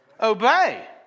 obey